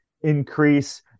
increase